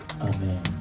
Amen